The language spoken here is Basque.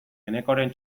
enekoren